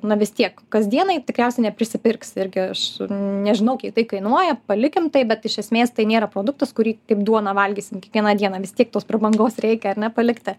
na vis tiek kasdienai tikriausiai neprisipirksi irgi aš nežinau kiek tai kainuoja palikim tai bet iš esmės tai nėra produktas kurį kaip duoną valgysim kiekvieną dieną vis tiek tos prabangos reikia ar ne palikti